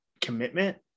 commitment